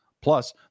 Plus